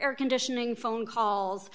air conditioning phone calls